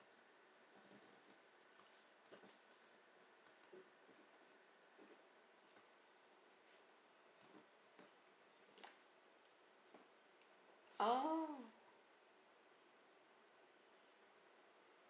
orh